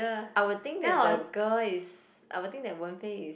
I will think that the girl is I would think that Wen-Fei is